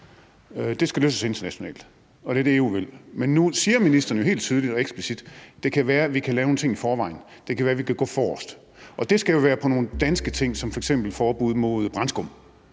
Det skal løses internationalt, og det er det, EU vil. Men nu siger ministeren jo helt tydeligt og eksplicit, at det kan være, at vi kan lave nogle ting i forvejen, og at det kan være, at vi kan gå forrest. Og det skal jo være med nogle danske ting som f.eks. forbud mod brandskum.